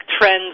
trends